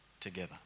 together